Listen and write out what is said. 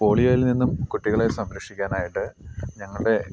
പോളിയോയിൽ നിന്നും കുട്ടികളെ സംരക്ഷിക്കാനായിട്ട് ഞങ്ങളുടെ